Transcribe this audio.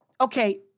okay